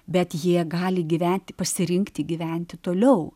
bet jie gali gyventi pasirinkti gyventi toliau